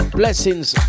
blessings